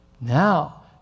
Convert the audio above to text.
Now